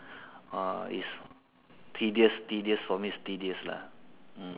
ah it's tedious tedious for me it's tedious lah